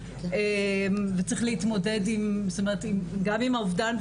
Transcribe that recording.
וצריך להתמודד גם עם האובדן,